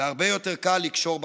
והרבה יותר קל לקשור בחורה.